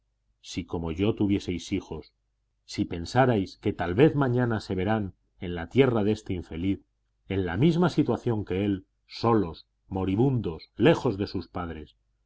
si como yo tuvieseis hijos si pensarais que tal vez mañana se verán en la tierra de este infeliz en la misma situación que él solos moribundos lejos de sus padres